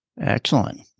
Excellent